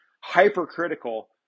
hypercritical